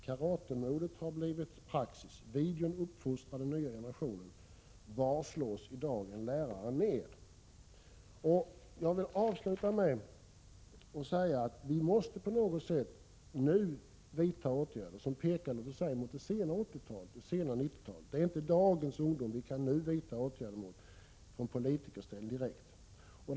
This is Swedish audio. Karatemodet har blivit praxis, videon uppfostrar den nya generationen, var slås i dag en lärare ned?” Jag vill avsluta med att säga att vi nu måste vidta åtgärder som pekar mot det sena 1980-talet och mot 1990-talet. Det är inte dagens ungdom vi kan nå direkt från politikerställning.